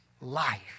life